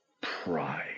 pride